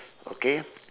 okay